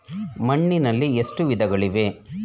ಮಣ್ಣಿನಲ್ಲಿ ಎಷ್ಟು ವಿಧಗಳಿವೆ?